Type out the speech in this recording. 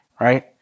right